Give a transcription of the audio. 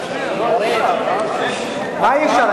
מה אי-אפשר?